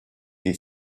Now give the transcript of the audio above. des